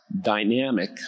dynamic